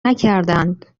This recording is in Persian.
نکردهاند